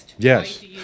Yes